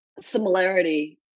similarity